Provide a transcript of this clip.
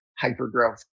hyper-growth